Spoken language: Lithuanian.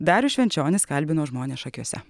darius švenčionis kalbino žmones šakiuose